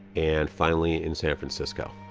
and finally in san francisco.